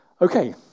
Okay